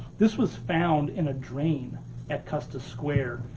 this was found in a drain at custis square,